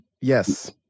yes